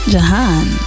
Jahan